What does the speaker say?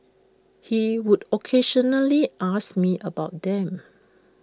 he would occasionally ask me about them